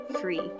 free